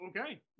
Okay